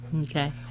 Okay